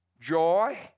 joy